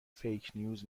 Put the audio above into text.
فیکنیوز